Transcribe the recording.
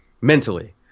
mentally